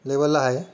लेवलला आहे